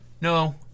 No